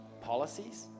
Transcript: policies